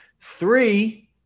Three